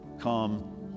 come